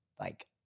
like-